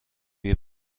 بیا